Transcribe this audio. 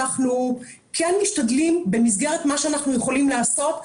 אנחנו כן משתדלים במסגרת מה שאנחנו יכולים לעשות,